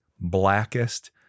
Blackest